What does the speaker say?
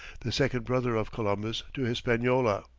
the second brother of columbus, to hispaniola.